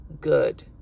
good